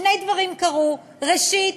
שני דברים קרו: ראשית,